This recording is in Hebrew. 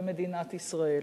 במדינת ישראל.